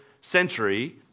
century